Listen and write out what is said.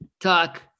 talk